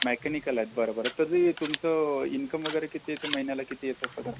mechanical आहेत बरं बरं तरी तुमचं इनकम वगैरे किती येते महिन्याला किती येते पगार